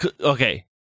Okay